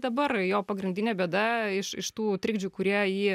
dabar jo pagrindinė bėda iš iš tų trikdžių kurie jį